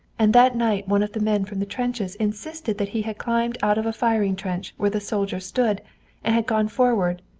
and that night one of the men from the trenches insisted that he had climbed out of a firing trench where the soldier stood, and had gone forward,